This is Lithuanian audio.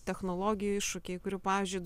technologijų iššūkiai kurių pavyzdžiui